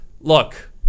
look